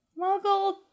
Muggle